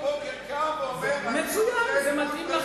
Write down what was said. אני כל בוקר קם ואומר, זה מתאים לכם.